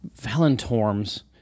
Valentorms